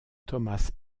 thomas